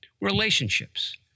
Relationships